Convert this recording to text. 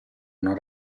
una